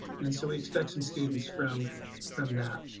and so we expect some students from from that.